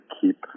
keep